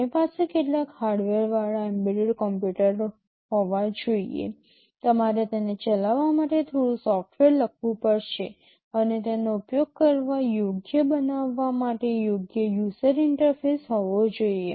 આપણી પાસે કેટલાક હાર્ડવેરવાળા એમ્બેડેડ કમ્પ્યુટર હોવા જોઈએ તમારે તેને ચલાવવા માટે થોડું સોફ્ટવેર લખવું પડશે અને તેનો ઉપયોગ કરવા યોગ્ય બનાવવા માટે યોગ્ય યુઝર ઇન્ટરફેસ હોવો જોઈએ